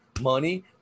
money